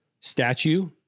statue